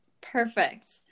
Perfect